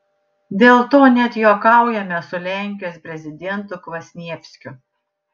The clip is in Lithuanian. dėl to net juokaujame su lenkijos prezidentu kvasnievskiu